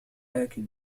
آكل